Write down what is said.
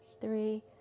three